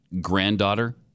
granddaughter